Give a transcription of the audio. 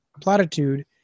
platitude